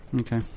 Okay